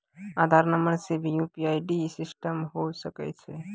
आधार नंबर से भी यु.पी.आई सिस्टम होय सकैय छै?